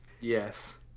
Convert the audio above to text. yes